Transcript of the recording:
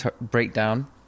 breakdown